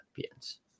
champions